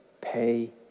pay